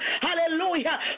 hallelujah